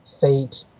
fate